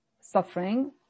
suffering